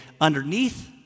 underneath